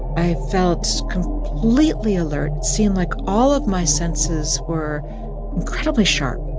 i felt completely alert, seeing like, all of my senses were incredibly sharp